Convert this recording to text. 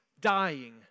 dying